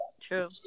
true